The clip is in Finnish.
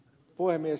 puhemies